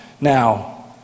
Now